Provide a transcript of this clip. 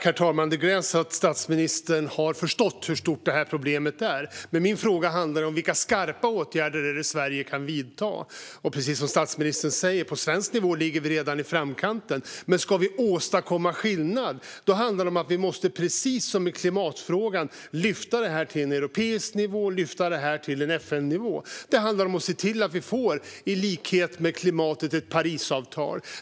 Herr talman! Det är glädjande att statsministern har förstått hur stort problemet är. Men min fråga handlar om vilka skarpa åtgärder Sverige kan vidta. På svensk nivå ligger vi, precis som statsministern säger, redan i framkant. Men ska vi åstadkomma skillnad måste vi, precis som i klimatfrågan, lyfta detta till europeisk nivå och FN-nivå. Det handlar om att se till att vi får ett Parisavtal liknande det vi har när det gäller klimatet.